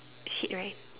shit right